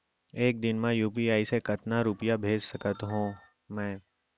एक दिन म यू.पी.आई से कतना रुपिया भेज सकत हो मैं?